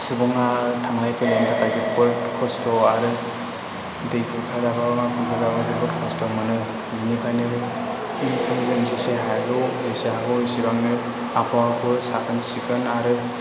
सुबुङा थांलाय फैलायनि थाखाय जोबोद खस्थ' आरो दै खुरखायोबा मा खुरखायोबा जोबोद खस्थ' मोनो बिनिखायनो जों जेसे हायो जेसे हागौ एसेबांनो आबहावाखौ साखोन सिखोन आरो